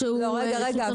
נירה,